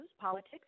politics